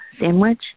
sandwich